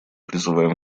призываем